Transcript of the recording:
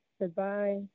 Goodbye